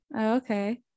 Okay